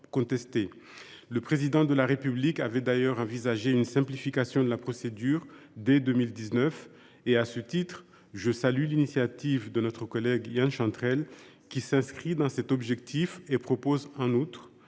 Le Président de la République avait d’ailleurs envisagé une simplification de la procédure dès 2019. À ce titre, je salue l’initiative de Yan Chantrel, qui s’inscrit dans cet objectif. En outre,